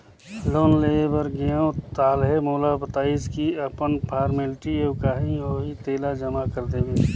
loan ले बर गेंव ताहले मोला बताइस की अपन फारमेलटी अउ काही होही तेला जमा कर देबे